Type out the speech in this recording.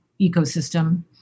ecosystem